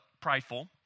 prideful